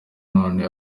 none